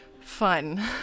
fun